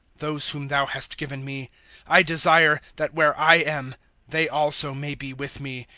those whom thou hast given me i desire that where i am they also may be with me,